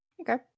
Okay